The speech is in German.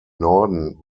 norden